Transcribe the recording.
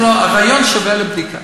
הרעיון שווה בדיקה.